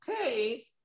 Okay